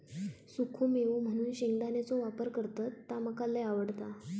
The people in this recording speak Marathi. सुखो मेवो म्हणून शेंगदाण्याचो वापर करतत ता मका लय आवडता